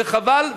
וחבל,